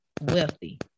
wealthy